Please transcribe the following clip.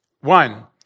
One